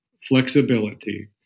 flexibility